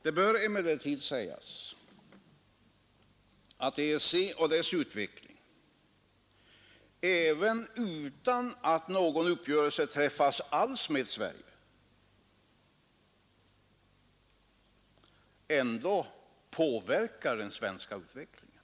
Det bör emellertid sägas att EEC och dess utveckling, även om ingen uppgörelse alls träffas med Sverige, påverkar den svenska utvecklingen.